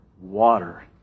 water